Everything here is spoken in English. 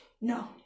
no